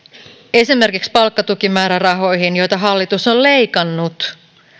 esimerkkisi palkkatukimäärärahoihin joita hallitus on leikannut